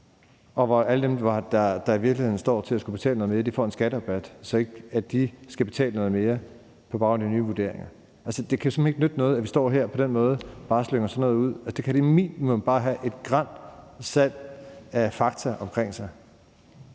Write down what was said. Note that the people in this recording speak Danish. og alle dem, der i virkeligheden stod til at skulle betale noget mere, får en skatterabat, så de ikke skal betale noget mere på baggrund af de nye vurderinger. Det kan simpelt hen ikke nytte noget, at man på den måde står her og bare slynger sådan noget ud. Der må som minimum bare være et gran salt af fakta i det,